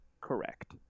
correct